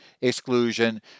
exclusion